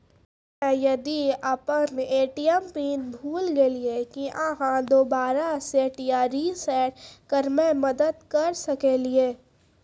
हम्मे यदि अपन ए.टी.एम पिन भूल गलियै, की आहाँ दोबारा सेट या रिसेट करैमे मदद करऽ सकलियै?